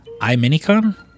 Iminicon